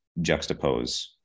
juxtapose